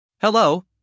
Hello